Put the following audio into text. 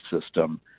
system